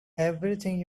everything